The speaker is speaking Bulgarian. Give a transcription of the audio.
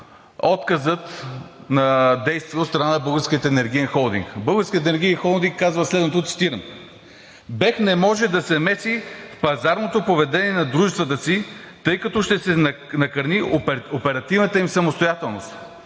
отказът на действие от страна на Българския енергиен холдинг. Българският енергиен холдинг казва следното – цитирам: „БЕХ не може да се меси в пазарното поведение на дружествата си, тъй като ще се накърни оперативната им самостоятелност.“